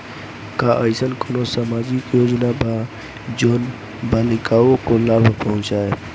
का अइसन कोनो सामाजिक योजना बा जोन बालिकाओं को लाभ पहुँचाए?